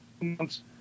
months